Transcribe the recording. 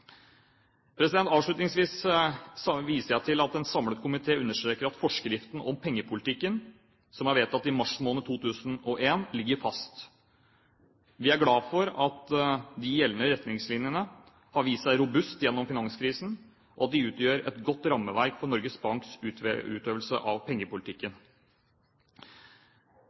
viser til at en samlet komité understreker at forskrift om pengepolitikken, som ble vedtatt i mars måned 2001, ligger fast. Vi er glad for at de gjeldende retningslinjene har vist seg robuste gjennom finanskrisen, og de utgjør et godt rammeverk for Norges Banks utøvelse av pengepolitikken.